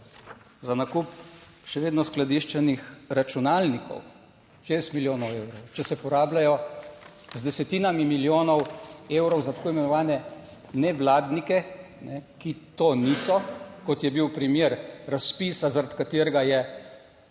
za nakup še vedno skladiščenih računalnikov, šest milijonov evrov. Če se porabljajo z desetinami milijonov evrov za tako imenovane nevladnike, ki to niso, kot je bil primer razpisa, zaradi katerega je